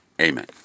Amen